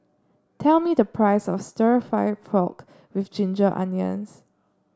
tell me the price of stir fry pork with Ginger Onions